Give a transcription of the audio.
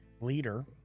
leader